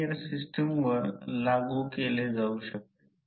तर ते आणि आपण गृहित धरू δ 0 तर cos δ 1